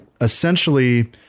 essentially